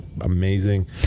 amazing